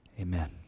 Amen